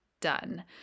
done